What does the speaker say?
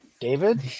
David